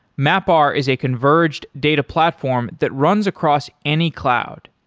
mapr is a converged data platform that runs across any cloud.